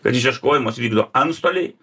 kad išieškojimus vykdo antstoliai